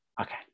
Okay